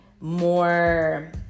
more